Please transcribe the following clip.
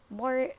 more